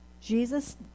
Jesus